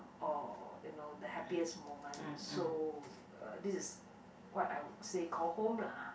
or you know the happiest moment so uh this is what I would say call home lah